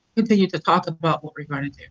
continue to talk about what we